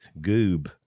goob